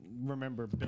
remember